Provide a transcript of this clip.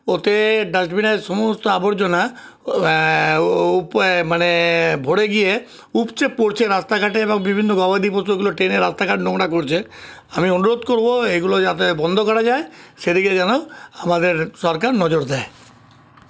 ওতে ডাস্টবিনের সমস্ত আবর্জনা মানে ভরে গিয়ে উপচে পড়ছে রাস্তাঘাটে এবং বিভিন্ন গবাদী পশু ওগুলো টেনে রাস্তাঘাট নোংরা করছে আমি অনুরোধ করবো এগুলো যাতে বন্ধ করা যায় সে দিকে যেন আমাদের সরকার নজর দেয়